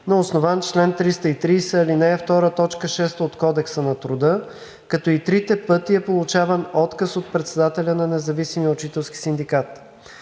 на основание чл. 330, ал. 2, т. 6 от Кодекса на труда, като и трите пъти е получаван отказ от председателя на Независимия учителски синдикат.